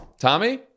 Tommy